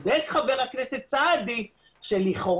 צודק חבר הכנסת סעדי שלכאורה,